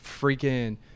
freaking